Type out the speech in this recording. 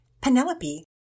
Penelope